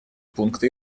пункты